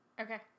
Okay